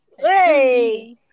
Hey